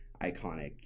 iconic